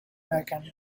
macon